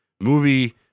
movie